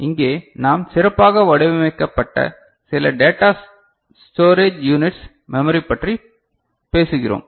இங்கே நாம் சிறப்பாக வடிவமைக்கப்பட்ட சில டேட்டா ஸ்டோரேஜ் யூனிட்ஸ் மெமரிப் பற்றி பேசுகிறோம்